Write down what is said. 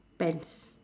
pants